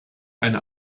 eine